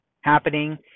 happening